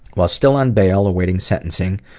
while still on bail awaiting sentencing,